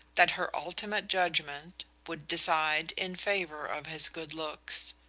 that her ultimate judgment would decide in favor of his good looks.